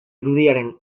irudiaren